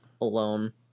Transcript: alone